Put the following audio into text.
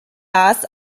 das